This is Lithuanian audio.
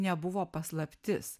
nebuvo paslaptis